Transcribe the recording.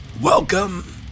Welcome